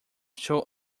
two